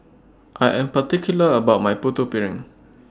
I Am particular about My Putu Piring